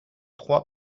trois